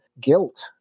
guilt